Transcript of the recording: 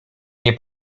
nie